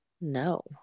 No